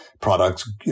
products